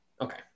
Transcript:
Okay